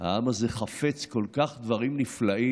העם הזה חפץ כל כך דברים נפלאים,